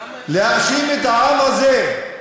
להאשים את העם הזה?